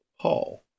Paul